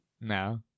No